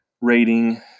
rating